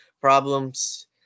problems